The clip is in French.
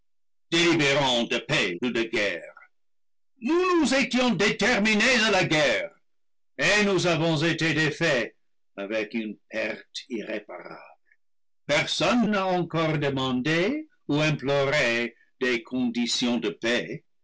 délibérant de paix ou de guerre nous nous étions déterminés à la guerre et nous avons été défaits avec une perle irréparable personne n'a encore demandé ou imploré des conditions de paix